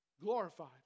Glorified